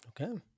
Okay